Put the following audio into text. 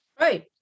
Right